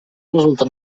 resulta